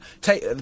take